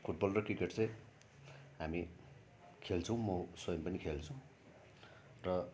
football र cricket चाहिँ हामी खेल्छौँ म स्वयम् पनि खेल्छु र